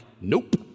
nope